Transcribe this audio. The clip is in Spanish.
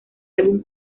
álbum